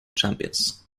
champions